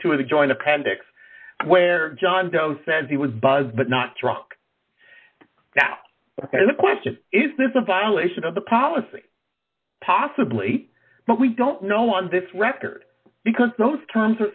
two of the joint appendix where john doe says he was buzz but not drunk that's the question is this a violation of the policy possibly but we don't know on this record because those terms